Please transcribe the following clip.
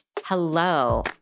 Hello